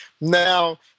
Now